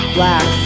Black